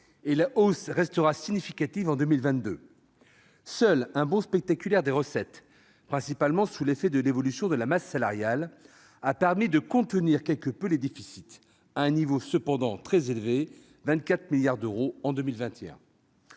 La hausse restera significative en 2022. Seul un bond spectaculaire des recettes, principalement sous l'effet de l'évolution de la masse salariale, a permis de contenir quelque peu les déficits, à un niveau cependant très élevé : 24 milliards d'euros en 2021.